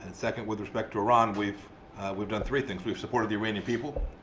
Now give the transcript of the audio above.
and second, with respect to iran, we've we've done three things. we've supported the iranian people.